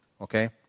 Okay